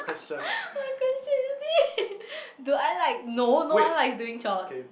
what question is this do I like no no one likes doing chores